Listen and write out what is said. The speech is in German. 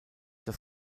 das